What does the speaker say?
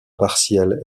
partielle